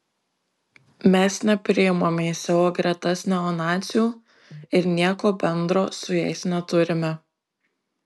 mes nepriimame į savo gretas neonacių ir nieko bendro su jais neturime